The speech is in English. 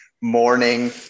morning